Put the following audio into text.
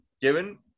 given